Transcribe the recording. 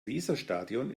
weserstadion